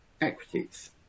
equities